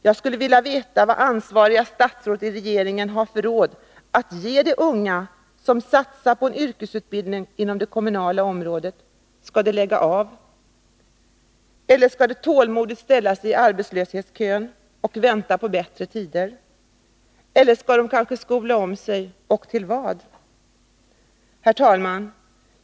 Jag skulle vilja veta vad ansvariga statsråd i regeringen har för råd att ge de unga som satsat på en yrkesutbildning inom det kommunala området. Skall de lägga av eller skall de tålmodigt ställa sig i arbetslöshetskön och vänta på bättre tider? Eller skall de kanske skola om sig? Till vad? Herr talman!